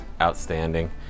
outstanding